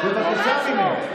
אני הייתי מסכים, אתם יודעים מה?